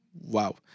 Wow